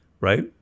right